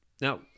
Now